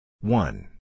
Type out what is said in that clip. One